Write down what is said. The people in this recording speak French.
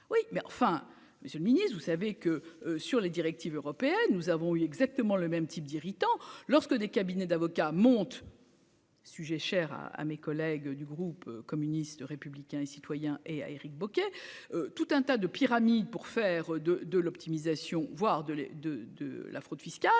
oui, mais enfin Monsieur le Ministre, vous savez que sur les directives européennes, nous avons eu exactement le même type d'irritants lorsque des cabinets d'avocats monte. Sujet cher à à mes collègues du groupe communiste républicain et citoyen et à Éric Bocquet, tout un tas de pyramide pour faire de de l'optimisation, voire de les de de la fraude fiscale,